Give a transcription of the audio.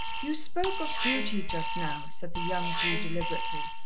you spoke of beauty just now, said the young jew deliberately.